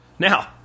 Now